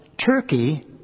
Turkey